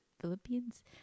Philippines